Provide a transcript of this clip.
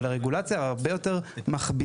אבל הרגולציה היא הרבה יותר מכבידה.